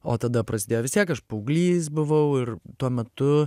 o tada prasidėjo vis tiek aš paauglys buvau ir tuo metu